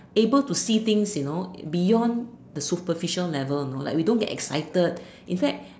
able to see things you know beyond the superficial level you know like we don't get excited in fact